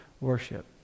worship